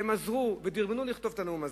עזרו ודרבנו לכתוב את הנאום הזה.